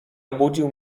obudził